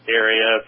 area